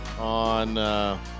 on